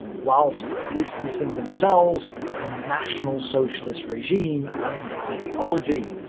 whilst distancing themselves from the national socialist regime and ideology.